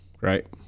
right